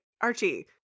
Archie